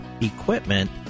equipment